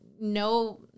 no